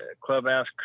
clubhouse